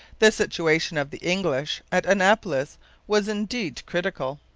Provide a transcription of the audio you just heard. the situation of the english at annapolis was indeed critical.